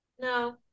No